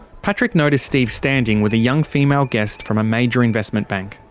patrick noticed steve standing with a young female guest from a major investment bank.